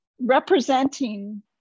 representing